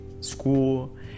school